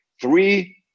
Three